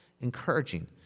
encouraging